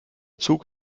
zug